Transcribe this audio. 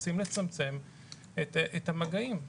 רוצים לצמצם את המגעים.